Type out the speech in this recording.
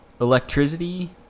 Electricity